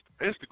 Instagram